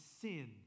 sin